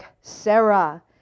Sarah